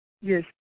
Yes